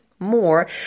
more